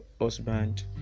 husband